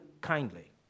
kindly